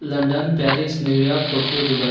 London Paris New York Tokyo Dubai